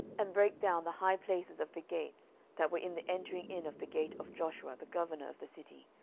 and brake down the high places of the gates that were in the entering in of the gate of joshua the governor of the city,